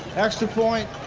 extra point